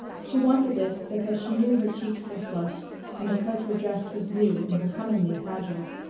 she wanted this because she knew her cheeks were flushed and because her dress was new and becomingly fragile.